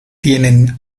tienen